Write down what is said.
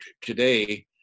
today